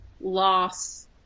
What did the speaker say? loss